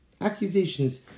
Accusations